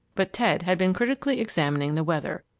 but ted had been critically examining the weather.